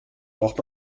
braucht